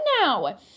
now